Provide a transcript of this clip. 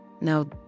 now